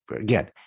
Again